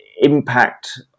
impact